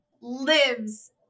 lives